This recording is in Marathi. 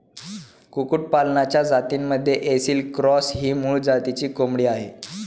कुक्कुटपालनाच्या जातींमध्ये ऐसिल क्रॉस ही मूळ जातीची कोंबडी आहे